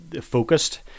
focused